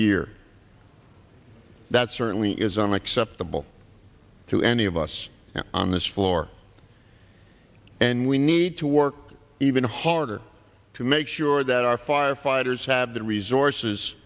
year that certainly is unacceptable to any of us on this floor and we need to work even harder to make sure that our firefighters have the resources